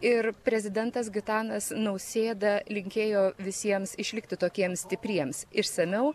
ir prezidentas gitanas nausėda linkėjo visiems išlikti tokiems stipriems išsamiau